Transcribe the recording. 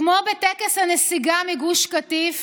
כמו בטקס הנסיגה מגוש קטיף